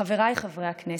חבריי חברי הכנסת,